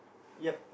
yep